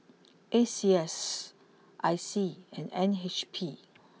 A C S I C and N H B